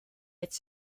its